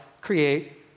create